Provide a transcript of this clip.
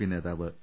P നേതാവ് P